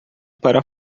para